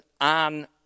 on